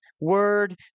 word